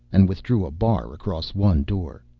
and withdrew a bar across one door.